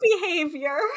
behavior